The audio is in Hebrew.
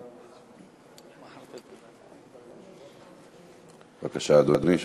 בבקשה, אדוני.